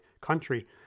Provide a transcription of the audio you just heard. country